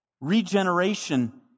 regeneration